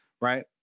right